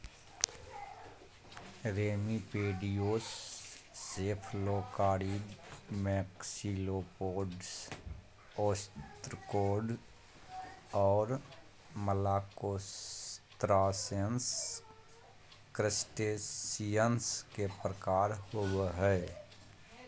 remipedes, cephalocarids, maxillopods, ostracods, और malacostracans, crustaceans के प्रकार होव हइ